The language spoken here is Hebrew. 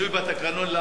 שינוי בתקנון לאחרונה.